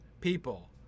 people